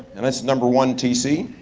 and that's number one tc.